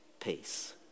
peace